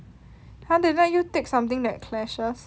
!huh! they let you take something that clashes